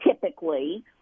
typically